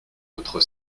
votre